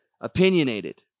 Opinionated